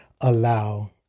allow